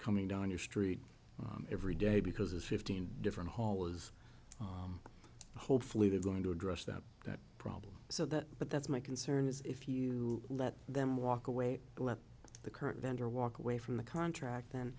coming down your street every day because of fifteen different hall is hopefully going to address that that problem so that but that's my concern is if you let them walk away and let the current vendor walk away from the contract then